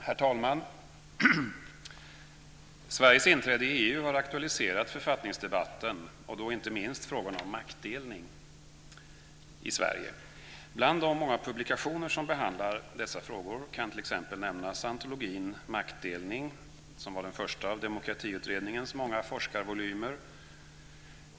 Herr talman! Sveriges inträde i EU har aktualiserat författningsdebatten och då inte minst frågorna om maktdelning i Sverige. Bland de många publikationer som behandlar dessa frågor kan jag t.ex. nämna antologin Maktdelning, som var den första av Demokratiutredningens många forskarvolymer.